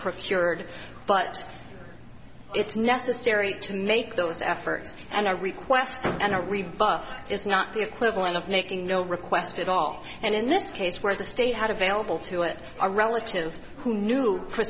procured but it's necessary to make those efforts and i request and a rebuff is not the equivalent of making no request at all and in this case where the state had available to it a relative who knew